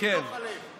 מתוך הלב.